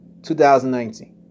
2019